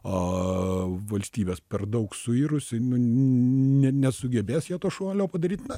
a valstybės per daug suirusi ne nesugebės to šuolio padaryt na